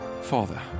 Father